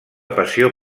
passió